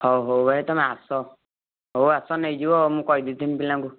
ହଉ ହଉ ଭାଇ ତମେ ଆସ ହଉ ଆସ ନେଇଯିବ ମୁଁ କହିଦେଇଥିମି ପିଲାଙ୍କୁ